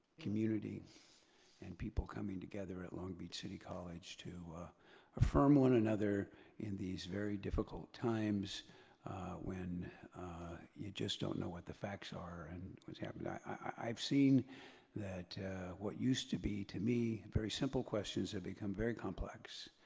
community and people coming together at long beach city college to affirm one another in these very difficult times when you just don't know what the facts are and what's happening. like i've seen that what used to be to me very simple questions have become very complex.